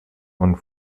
und